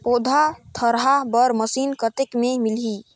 पौधा थरहा बर मशीन कतेक मे मिलही?